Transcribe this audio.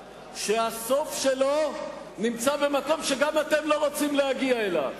שהסוף שלו נמצא במקום שגם אתם לא רוצים להגיע אליו.